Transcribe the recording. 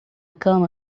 cama